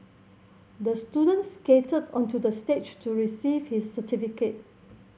the student skated onto the stage to receive his certificate